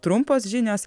trumpos žinios